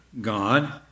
God